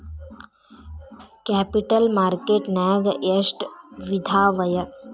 Capital market ನ್ಯಾಗ್ ಎಷ್ಟ್ ವಿಧಾಅವ?